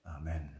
amen